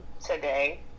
today